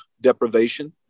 deprivation